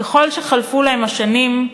ככל שחלפו להן השנים,